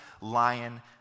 lion